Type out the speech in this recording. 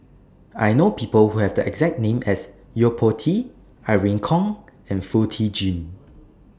I know People Who Have The exact name as Yo Po Tee Irene Khong and Foo Tee Jun